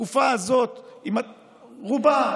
רובה.